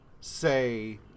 say